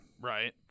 right